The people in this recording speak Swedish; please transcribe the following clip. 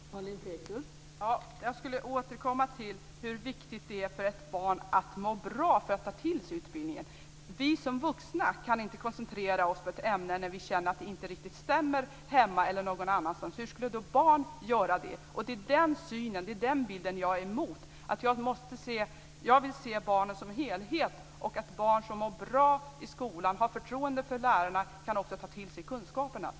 Fru talman! Jag vill återkomma till hur viktigt det är för ett barn att må bra för att ta till sig utbildningen. Vi som vuxna kan inte koncentrera oss på ett ämne när vi känner att det inte riktigt stämmer hemma eller någon annanstans. Hur skulle då barn kunna göra det? Det är den bilden jag är emot. Jag vill se barnen som en helhet. Barn som mår bra i skolan och har förtroende för lärarna kan också ta till sig kunskaperna.